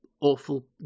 awful